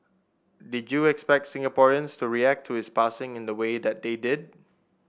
did you expect Singaporeans to react to his passing in the way that they did